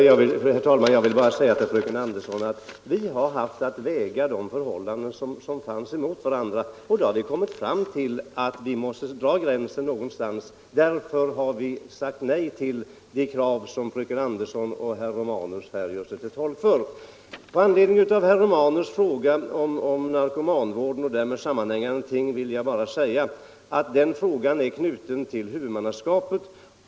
Herr talman! Jag vill bara säga till fröken Andersson att vi har fått väga de olika förhållandena mot varandra. Vi har då kommit fram till alt vi måste dra gränsen någonstans, och därför har vi sagt nej till det krav som fröken Andersson och herr Romanus här gör sig till tolk för. Med anledning av herr Romanus fråga om narkomanvården och därmed sammanhängande ting vill jag bara svara att den saken är knuten till huvudmannaskapet.